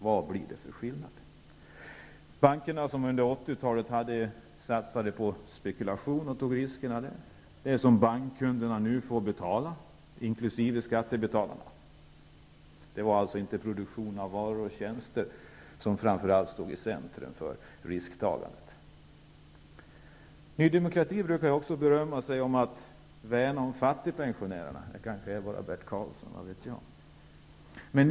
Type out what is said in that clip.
Vilken blir skillnaden? Bankerna satsade under 80-talet på spekulation och tog riskerna för det. För detta får bankkunderna, inkl. skattebetalarna, nu betala. Det var alltså inte produktion av varor och tjänster som framför allt stod i centrum för risktagandet. Ny demokrati brukar också berömma sig för att värna om fattigpensionärerna -- eller är det kanske bara Bert Karlsson som gör det?